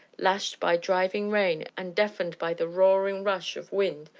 lashed by driving rain and deafened by the roaring rush of wind,